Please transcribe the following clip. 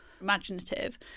imaginative